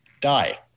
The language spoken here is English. die